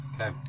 Okay